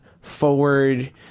forward